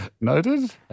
Noted